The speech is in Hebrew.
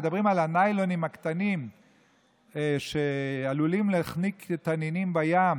מדברים על הניילונים הקטנים שעלולים לחנוק תנינים בים,